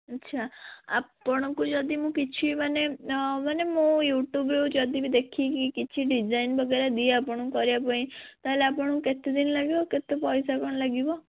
ଆଚ୍ଛା ଆପଣଙ୍କୁ ଯଦି ମୁଁ କିଛି ମାନେ ମୁଁ ୟୁଟ୍ୟୁବରୁ ଯଦି ବି ଦେଖିକି କିଛି ଡିଜାଇନ ବଗେରା ଦିଏ ଆପଣଙ୍କୁ କରିବା ପାଇଁ ତା' ହେଲେ ଆପଣଙ୍କୁ କେତେ ଦିନ ଲାଗିବ କେତେ ପଇସା କ'ଣ ଲାଗିବ